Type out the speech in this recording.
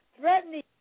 threatening